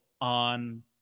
on